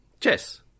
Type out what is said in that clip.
chess